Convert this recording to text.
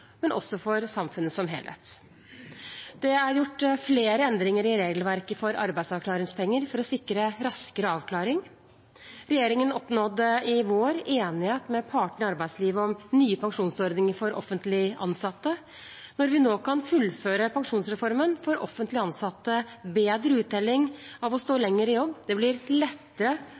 men også for samfunnet som helhet. Det er gjort flere endringer i regelverket for arbeidsavklaringspenger for å sikre raskere avklaring. Regjeringen oppnådde i vår enighet med partene i arbeidslivet om nye pensjonsordninger for offentlig ansatte. Når vi nå kan fullføre pensjonsreformen, får offentlig ansatte bedre uttelling av å stå lenger i jobb, det blir lettere